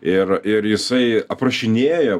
ir ir jisai aprašinėja